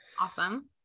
Awesome